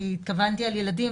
כי התכוננתי על ילדים,